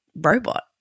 robot